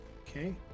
okay